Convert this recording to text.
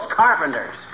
carpenters